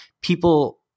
people